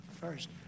first